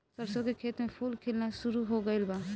सरसों के खेत में फूल खिलना शुरू हो गइल बा